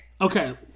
Okay